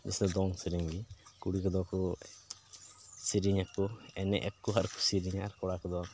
ᱥᱮ ᱫᱚᱝ ᱥᱮᱨᱮᱧ ᱜᱮ ᱠᱩᱲᱤ ᱠᱚᱫᱚ ᱠᱚ ᱥᱮᱨᱮᱧ ᱟᱠᱚ ᱮᱱᱮᱡ ᱟᱠᱚ ᱟᱨ ᱥᱮᱨᱮᱧ ᱟᱠᱚ ᱠᱚᱲᱟ ᱠᱚᱫᱚ